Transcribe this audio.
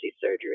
surgery